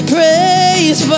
Praise